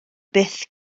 byth